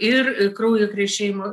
ir kraujo krešėjimo